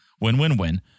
Win-win-win